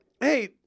hey